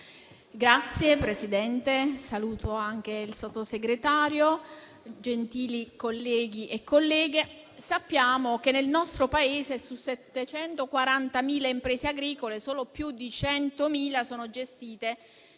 Signor Presidente, signor Sottosegretario, gentili colleghe e colleghi, sappiamo che nel nostro Paese su 740.000 imprese agricole solo più di 100.000 sono gestite